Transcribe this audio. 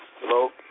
Hello